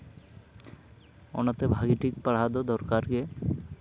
ᱚᱱᱟᱛᱮ ᱵᱷᱟᱹᱜᱤᱴᱷᱤᱠ ᱯᱟᱲᱦᱟᱣ ᱫᱚ ᱫᱚᱨᱠᱟᱨᱜᱮ